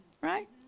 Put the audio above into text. right